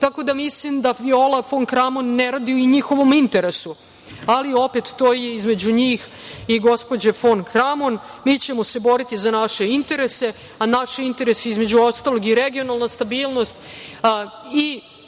Tako da mislim da Viola fon Kramon ne radi u njihovom interesu, ali opet to je između njih i gospođe fon Kramon. Mi ćemo se boriti za naše interese, a naši interesi između ostalog i regionalna stabilnost